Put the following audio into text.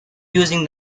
using